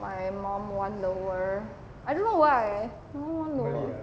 my mum want lower I don't know why my mum want lower